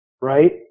right